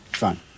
Fine